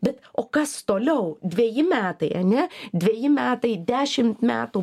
bet o kas toliau dveji metai ane dveji metai dešimt metų